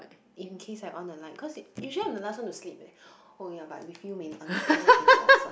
in case I on the light cause usually I'm the last one to sleep ya oh ya but with you I may not be the last one